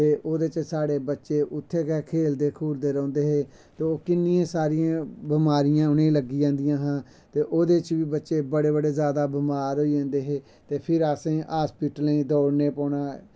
ते ओह्दे च साढ़े बच्चे उत्थै गै खेलदे खूलदे रौंहंदे हे ते किन्नियें सारियां बमारियां उनें वगगी जंदियां हां ते ओह्दे च बी बच्चे बड़े बड़े जादा बमार होई जंदे हे फिर असें हसपिटलें गी दौड़ना पौना